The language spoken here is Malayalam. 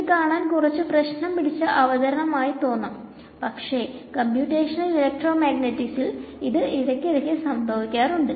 ഇത് കാണാൻ കുറച്ചു പ്രശനം പിടിച്ച അവതരണം ആയി തോന്നാം പക്ഷെ കമ്പ്യൂറ്റേഷണൽ എലെക്ട്രോമാഗ്നെറ്റിക്സിൽ ഇത് ഇടക്ക് സംഭവിക്കാറുണ്ട്